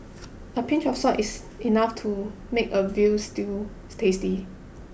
a pinch of salt is enough to make a veal stews tasty